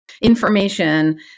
information